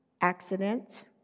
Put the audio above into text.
accidents